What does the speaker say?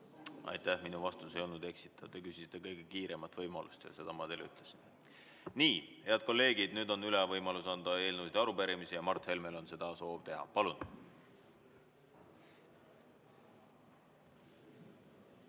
Aitäh! Minu vastus ei olnud eksitav. Te küsisite kõige kiiremat võimalust ja seda ma teile ütlesin. Nii, head kolleegid! Nüüd on võimalus üle anda eelnõusid ja arupärimisi. Mart Helmel on soov seda teha. Palun!